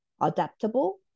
adaptable